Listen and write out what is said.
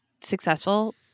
successful